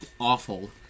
awful